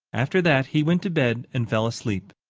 after that he went to bed and fell asleep.